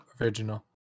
original